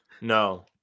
No